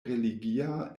religia